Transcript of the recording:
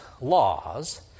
laws